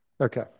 Okay